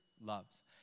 loves